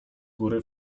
góry